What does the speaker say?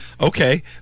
Okay